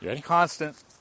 constant